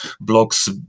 blocks